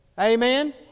Amen